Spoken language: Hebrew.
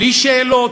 בלי שאלות,